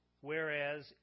whereas